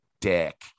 dick